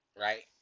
Right